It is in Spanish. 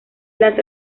las